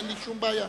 אין לי שום בעיה.